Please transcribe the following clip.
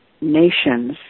nations